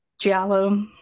Jello